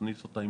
נכניס אותה,